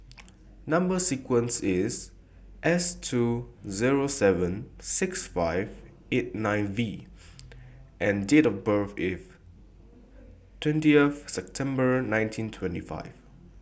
Number sequence IS S two Zero seven six five eight nine V and Date of birth IS twenty September nineteen twenty five